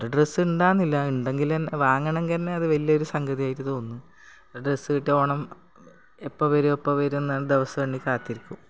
ഒരു ഡ്രസ്സ് ഉണ്ടായിരുന്നില്ല ഉണ്ടെങ്കിൽ വാങ്ങണമെങ്കിൽ തന്നെ അതു വലിയൊരു സംഗതിയായിട്ടു തോന്നും ഡ്രസ്സ് ഇട്ട് ഓണം എപ്പം വരും എപ്പം വരുമെന്നാണ് ദിവസം എണ്ണി കാത്തിരിക്കും